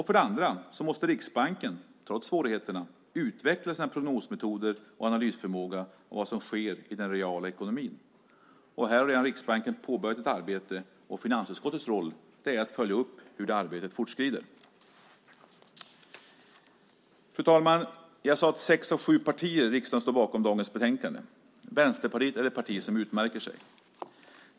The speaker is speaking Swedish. För det andra måste Riksbanken, trots svårigheterna, utveckla sina prognosmetoder och sin analysförmåga av vad som sker i den reala ekonomin. Här har Riksbanken redan påbörjat ett arbete, och finansutskottets roll är att följa upp hur det arbetet fortskrider. Fru talman! Jag sade att sex av sju partier i riksdagen står bakom dagens betänkande. Vänsterpartiet är det parti som utmärker sig.